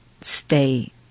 stay